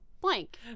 blank